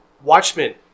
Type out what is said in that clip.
Watchmen